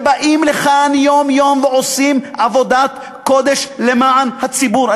שבאים לכאן יום-יום ועושים עבודת קודש למען הציבור.